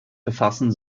befassen